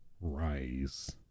Rise